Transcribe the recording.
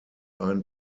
ein